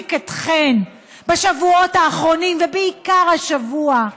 שמעסיק אתכן בשבועות האחרונים, ובעיקר השבוע,